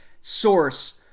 Source